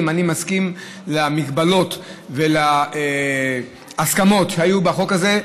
אני מסכים למגבלות ולהסכמות שהיו בחוק הזה,